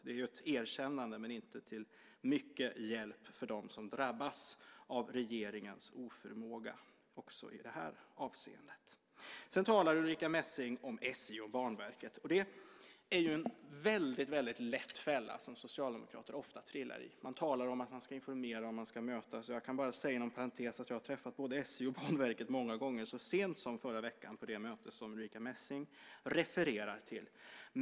Det är ju ett erkännande men inte till mycket hjälp för dem som drabbas av regeringens oförmåga också i det här avseendet. Sedan talar Ulrica Messing om SJ och Banverket. Det är en fälla som socialdemokrater ofta och väldigt lätt trillar i. Man talar om att man ska informera och att man ska mötas. Jag kan bara säga inom parentes att jag har träffat både SJ och Banverket många gånger och så sent som förra veckan på det möte som Ulrica Messing refererar till.